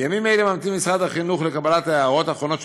בימים אלה ממתין משרד החינוך לקבלת ההערות האחרונות של